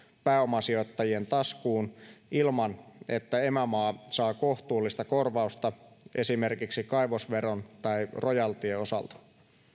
pääomasijoittajien taskuun ilman että emämaa saa kohtuullista korvausta esimerkiksi kaivosveron tai rojaltien osalta